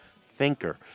thinker